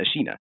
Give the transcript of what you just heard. Ashina